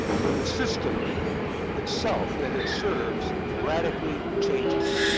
when the system itself that it serves radically changes.